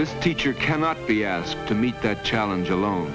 this teacher cannot be asked to meet that challenge alone